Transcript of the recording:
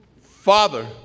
Father